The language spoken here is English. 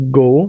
go